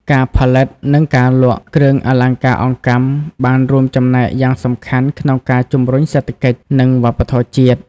ការផលិត និងការលក់ គ្រឿងអលង្ការអង្កាំ បានរួមចំណែកយ៉ាងសំខាន់ក្នុងការជំរុញសេដ្ឋកិច្ច និងវប្បធម៌ជាតិ។